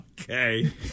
Okay